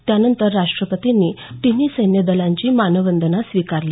त्यानंतर राष्ट्रपतींनी तिन्ही सैन्य दलांची मानवंदना स्वीकारली